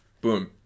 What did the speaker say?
Boom